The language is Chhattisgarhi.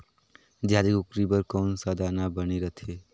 देहाती कुकरी बर कौन सा दाना बने रथे?